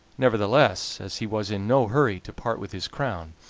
nevertheless, as he was in no hurry to part with his crown,